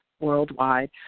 Worldwide